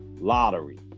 lottery